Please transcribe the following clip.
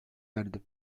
erdi